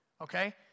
okay